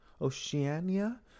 oceania